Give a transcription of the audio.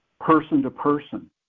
person-to-person